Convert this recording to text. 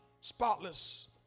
spotless